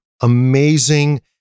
amazing